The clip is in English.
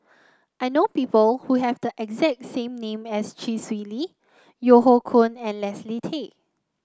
I know people who have the exact same name as Chee Swee Lee Yeo Hoe Koon and Leslie Tay